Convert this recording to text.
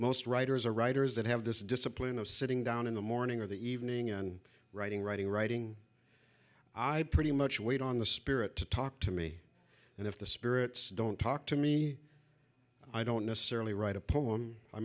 most writers or writers that have this discipline of sitting down in the morning or the evening and writing writing writing i pretty much weight on the spirit to talk to me and if the spirits don't talk to me i don't necessarily write a poem i